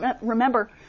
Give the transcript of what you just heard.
remember